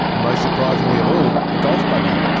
and most surprisingly of all, a golf buggy.